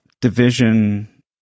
division